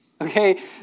okay